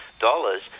dollars